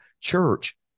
church